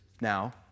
now